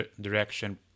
direction